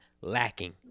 Lacking